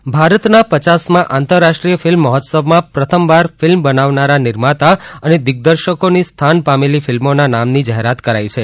film મહોત્સવ ભારતના પચાસમાં આંતરરાષ્ટ્રીય ફિલ્મ મહોત્સવમાં પ્રથમવાર ફિલ્મ બનાવનારા નિર્માતા તથા દિગદર્શકોની સ્થાન પામેલી ફિલ્મોના નામની જાહેરાત કરાઈ છે